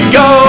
go